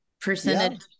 percentage